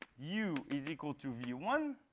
u is equal to v one,